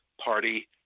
party